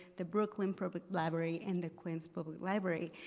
the brooklyn public library and the queens public library.